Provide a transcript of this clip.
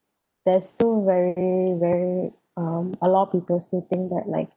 there's two very very um a lot of people still think that like